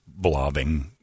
blobbing